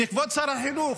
כי כבוד שר החינוך,